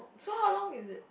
so how long is it